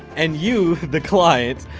and you, the client,